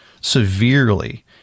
severely